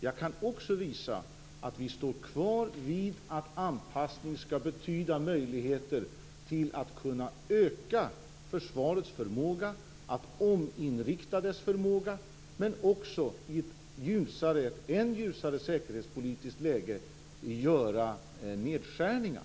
Jag kan också visa att vi står kvar vid att anpassning skall betyda möjligheter till att kunna öka försvarets förmåga, att ominrikta dess förmåga men också att i ett än ljusare säkerhetspolitiskt läge göra nedskärningar.